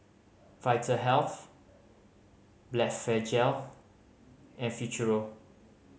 Vitahealth Blephagel and Futuro